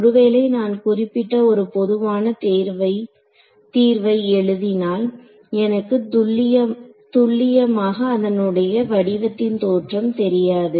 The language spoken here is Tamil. ஒரு வேளை நான் குறிப்பிட்ட ஒரு பொதுவான தீர்வை எழுதினால் எனக்கு துல்லியமாக அதனுடைய வடிவத்தின் தோற்றம் தெரியாது